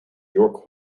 york